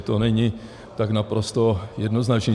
To není tak naprosto jednoznačné.